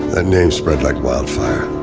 that name spread like wildfire.